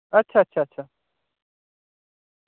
अच्छा अच्छा अच्छा